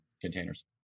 containers